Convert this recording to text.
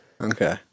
Okay